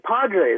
Padres